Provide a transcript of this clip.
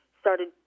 started